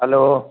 hello